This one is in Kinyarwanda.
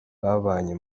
babanye